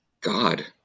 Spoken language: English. God